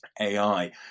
AI